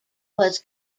was